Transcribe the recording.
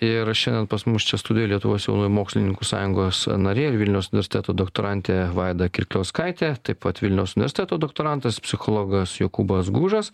ir šiandien pas mus čia studijoj lietuvos jaunųjų mokslininkų sąjungos narė ir vilniaus universiteto doktorantė vaida kirkliauskaitė taip pat vilniaus universiteto doktorantas psichologas jokūbas gužas